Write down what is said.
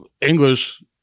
English